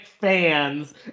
fans